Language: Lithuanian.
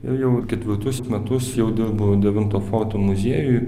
ir jau ketvirtus metus jau dirbu devinto forto muziejuj